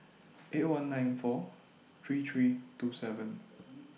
eight one nine four three three two seven